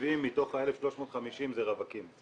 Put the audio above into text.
170 מתוך 1,350 זה רווקים.